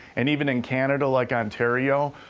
and even in canada like ontario.